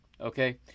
Okay